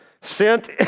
Sent